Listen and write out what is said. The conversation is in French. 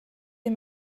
les